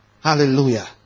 Hallelujah